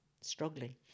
struggling